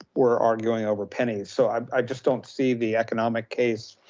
we're arguing over pennies. so i just don't see the economic case